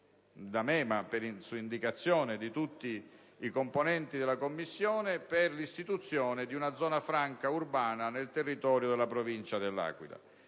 ma su indicazione di tutti i componenti della Commissione - per l'istituzione di una zona franca urbana nel territorio della Provincia dell'Aquila.